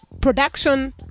production